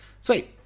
Sweet